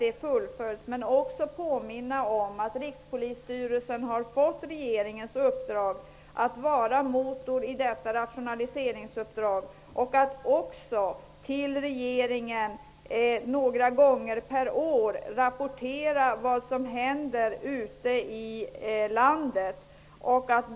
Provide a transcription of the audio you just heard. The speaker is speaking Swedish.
Jag ville också påminna om att Rikspolisstyrelsen har fått regeringens uppdrag att vara motor i detta rationaliseringsarbete och att till regeringen några gånger per år rapportera vad som händer ute i landet.